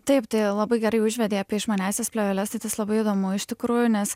taip tai labai gerai užvedei apie išmaniąsias plėveles tai tas labai įdomu iš tikrųjų nes